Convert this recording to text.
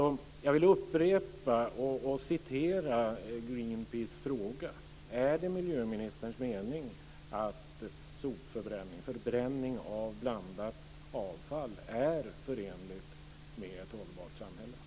Jag vill upprepa Greenpeace fråga: Är det miljöministerns mening att förbränning av blandat avfall är förenlig med ett hållbart samhälle.